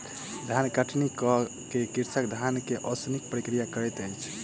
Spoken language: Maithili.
धान कटनी कअ के कृषक धान के ओसौनिक प्रक्रिया करैत अछि